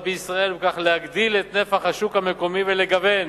בישראל וכך להגדיל את נפח השוק המקומי ולגוון